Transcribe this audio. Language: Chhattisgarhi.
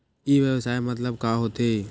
ई व्यवसाय मतलब का होथे?